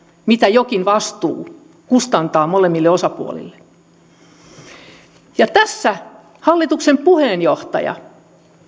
mitä jokin vastuu kustantaa molemmille osapuolille tässä hallituksen puheenjohtaja